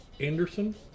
Anderson